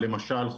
למשל,